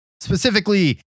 Specifically